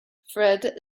fred